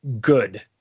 good